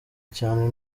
cyane